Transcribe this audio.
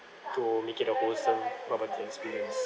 to make it a wholesome bubble tea experience